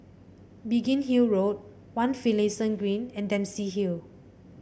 Biggin Hill Road One Finlayson Green and Dempsey Hill